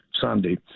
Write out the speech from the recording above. Sunday